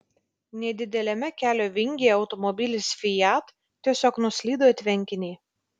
nedideliame kelio vingyje automobilis fiat tiesiog nuslydo į tvenkinį